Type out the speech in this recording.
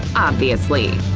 obviously.